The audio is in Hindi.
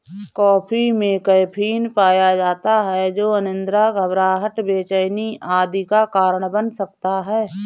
कॉफी में कैफीन पाया जाता है जो अनिद्रा, घबराहट, बेचैनी आदि का कारण बन सकता है